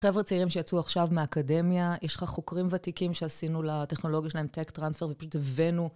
חבר'ה צעירים שיצאו עכשיו מהאקדמיה, יש לך חוקרים ותיקים שעשינו לטכנולוגיה שלהם tech transfer ופשוט הבאנו.